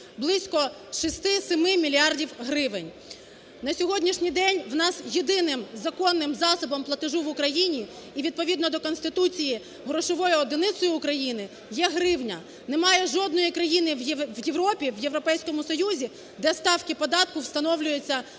близько 6-7 мільярдів гривень. На сьогоднішній день у нас єдиним законним засобом платежу в Україні і відповідно до Конституції грошовою одиницею України є гривня. Немає жодної країни в Європі, в Європейському Союзі, де ставки податку встановлюються